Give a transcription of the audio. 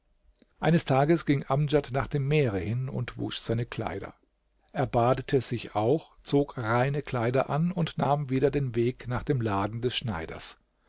eines tages ging amdjad nach dem meere hin und wusch seine kleider er badete sich auch zog reine kleider an und nahm wieder den weg nach dem laden des schneiders